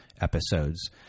episodes